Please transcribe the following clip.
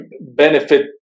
benefit